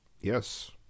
Yes